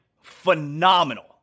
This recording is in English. phenomenal